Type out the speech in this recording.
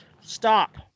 Stop